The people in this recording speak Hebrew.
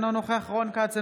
אינו נוכח רון כץ,